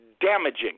damaging